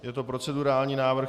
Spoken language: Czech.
Je to procedurální návrh.